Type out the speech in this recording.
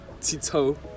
Tito